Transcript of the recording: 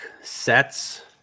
sets